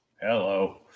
hello